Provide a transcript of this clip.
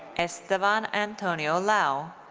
esteban antonio lau.